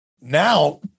now